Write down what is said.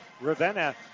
Ravenna